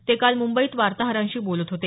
ते काल मुंबईत वार्ताहरांशी बोलत होते